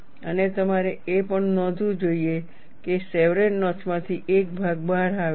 અને તમારે એ પણ નોંધવું જોઈએ કે શેવરોન નોચ માંથી એક ભાગ બહાર આવે છે